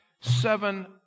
seven